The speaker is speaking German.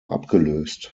abgelöst